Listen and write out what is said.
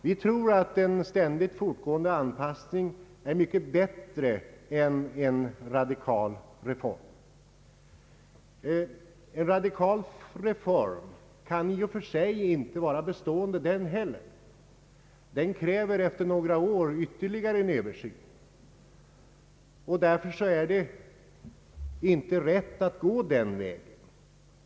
Vi tror att en ständigt fortgående anpassning är mycket bättre än en radikal reform. En sådan kan inte heller den i och för sig vara bestående; den kräver efter några år ytterligare en översyn. Därför är det inte rätt att gå den vägen.